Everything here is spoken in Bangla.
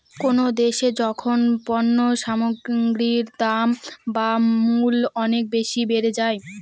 কোনো দেশে যখন পণ্য সামগ্রীর দাম বা মূল্য অনেক বেশি বেড়ে যায়